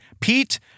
Pete